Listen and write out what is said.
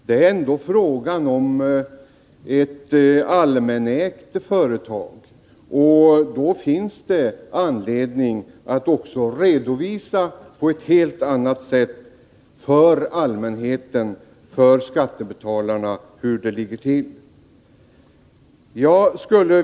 Det är ändå fråga om ett allmänägt företag, och då finns det anledning att också på ett helt annat sätt redovisa för allmänheten — för skattebetalarna — hur det ligger till.